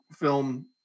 film